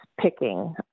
picking